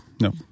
No